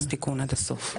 אז תיקון עד הסוף.